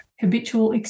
habitual